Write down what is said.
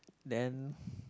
then